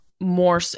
more